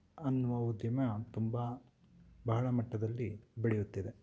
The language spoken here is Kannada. ಎನ್ನುವ ಉದ್ಯಮ ತುಂಬ ಭಾಳ ಮಟ್ಟದಲ್ಲಿ ಬೆಳೆಯುತ್ತಿದೆ